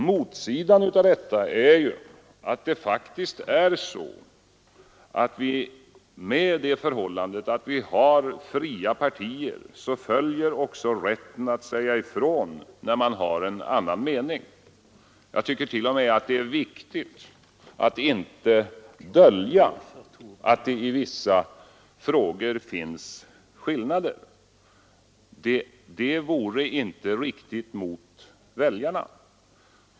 På andra sidan följer av det förhållandet, att vi har fria partier, också rätten att säga ifrån när man har en annan mening. Jag tycker t.o.m. att det är viktigt att inte dölja att det i vissa frågor finns skillnader. Det vore inte riktigt mot väljarna.